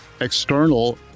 external